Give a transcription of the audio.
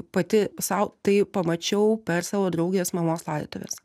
pati sau tai pamačiau per savo draugės mamos laidotuves